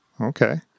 Okay